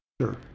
Sure